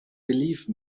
believe